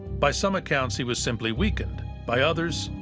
by some accounts he was simply weakened by others,